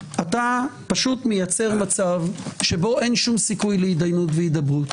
אתה פשוט מייצר מצב שבו אין שום סיכוי להידיינות והידברות.